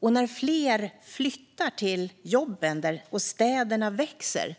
Och när fler flyttar till jobben och städerna växer